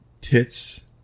tits